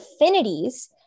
affinities